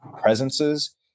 presences